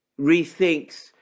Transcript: rethinks